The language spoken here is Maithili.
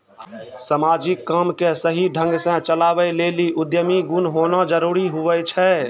समाजिक काम के सही ढंग से चलावै लेली उद्यमी गुण होना जरूरी हुवै छै